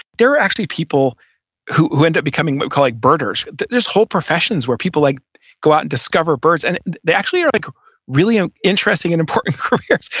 there are actually people who who end up becoming called like birders. there's whole professions where people like go out and discover birds and they actually are like really ah interesting and important careers.